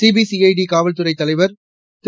சிபிசிற்டி காவல்துறை தலைவர் திரு